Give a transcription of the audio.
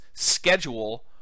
schedule